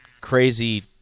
crazy